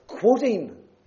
Quoting